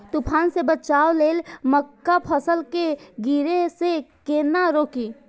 तुफान से बचाव लेल मक्का फसल के गिरे से केना रोकी?